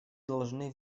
должны